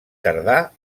tardà